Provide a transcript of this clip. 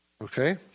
Okay